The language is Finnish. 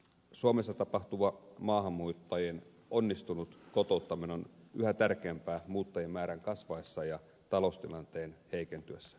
suomessa tapahtuva maahanmuuttajien onnistunut kotouttaminen on yhä tärkeämpää muuttajien määrän kasvaessa ja taloustilanteen heikentyessä